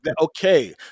okay